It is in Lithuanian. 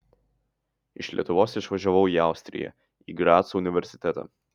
iš lietuvos išvažiavau į austriją į graco universitetą